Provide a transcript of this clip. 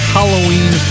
Halloween